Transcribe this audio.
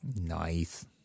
Nice